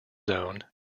zone